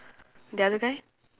the other guy